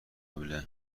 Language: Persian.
قبله